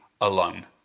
alone